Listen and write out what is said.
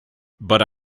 but